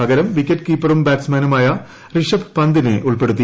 പകരം വിക്കറ്റ് കീപ്പറും ബാറ്റ്സ്മാനുമായ റിഷഭ് പന്തിനെ ഉൾപ്പെടുത്തി